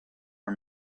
our